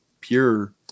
pure